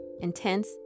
intense